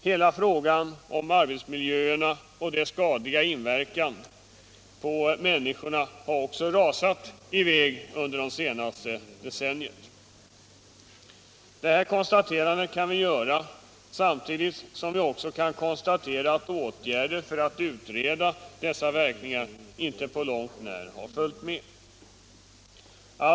Hela frågan om arbetsmiljöerna och deras skadliga inverkan på människorna har också rasat i väg under det senaste decenniet. Detta konstaterande kan vi göra samtidigt som vi konstaterar att åtgärderna för att utreda dessa verkningar inte på långt när har följt med utvecklingen.